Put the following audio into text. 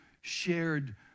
shared